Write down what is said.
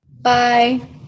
Bye